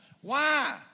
Why